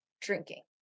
drinking